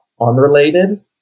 unrelated